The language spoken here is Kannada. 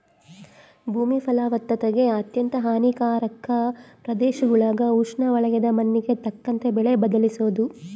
ಭೂಮಿ ಫಲವತ್ತತೆಗೆ ಅತ್ಯಂತ ಹಾನಿಕಾರಕ ಪ್ರದೇಶಗುಳಾಗ ಉಷ್ಣವಲಯದ ಮಣ್ಣಿಗೆ ತಕ್ಕಂತೆ ಬೆಳೆ ಬದಲಿಸೋದು